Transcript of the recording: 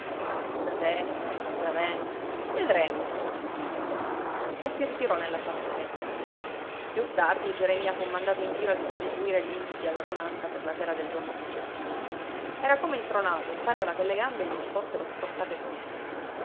da te da me vedremo disse e si ritirò nella sua cameretta più tardi geremia fu mandato in giro a distribuire gli inviti all'adunanza per la sera del giorno successivo era come intronato e pareva che le gambe gli si fossero stroncate sotto